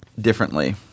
differently